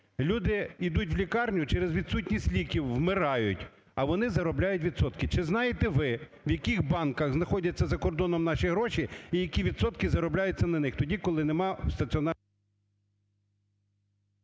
Люди ідуть в лікарню і через відсутність ліків вмирають, а вони заробляють відсотки. Чи знаєте ви, в яких банках знаходяться за кордоном наші гроші і які відсотки заробляються на них тоді, коли нема в…